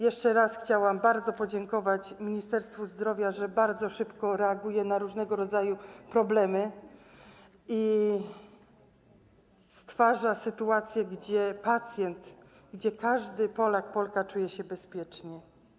Jeszcze raz chciałam podziękować Ministerstwu Zdrowia, że bardzo szybko reaguje na różnego rodzaju problemy i stwarza sytuację, gdzie pacjent, gdzie każdy Polak, każda Polka czuje się bezpiecznie.